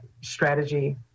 strategy